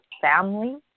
family